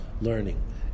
Learning